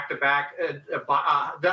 back-to-back